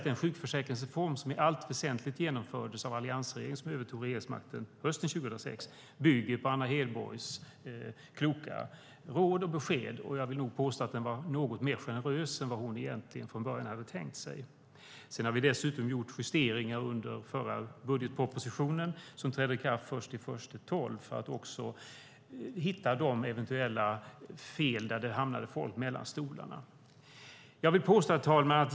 Den sjukförsäkringsreform som genomförts av alliansregeringen sedan vi övertog regeringsmakten hösten 2006 bygger i allt väsentligt på Anna Hedborgs kloka råd och besked. Jag vill nog påstå att den var något mer generös än vad hon egentligen från början hade tänkt sig. Vi gjorde dessutom i förra budgetpropositionen justeringar, som trädde i kraft den 1 januari 2012, för att hitta eventuella fel som lett till att folk hamnat mellan stolarna. Herr talman!